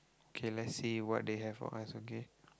K let's see what they have for us okay